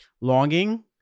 longing